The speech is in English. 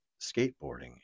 skateboarding